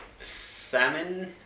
Salmon